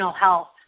Health